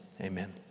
Amen